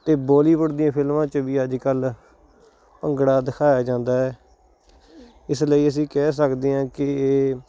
ਅਤੇ ਬੋਲੀਵੁੱਡ ਦੀਆਂ ਫ਼ਿਲਮਾਂ 'ਚ ਵੀ ਅੱਜ ਕੱਲ੍ਹ ਭੰਗੜਾ ਦਿਖਾਇਆ ਜਾਂਦਾ ਹੈ ਇਸ ਲਈ ਅਸੀਂ ਕਹਿ ਸਕਦੇ ਹਾਂ ਕਿ